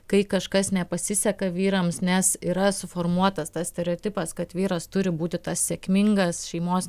kai kažkas nepasiseka vyrams nes yra suformuotas tas stereotipas kad vyras turi būti tas sėkmingas šeimos